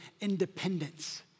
independence